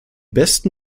besten